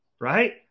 Right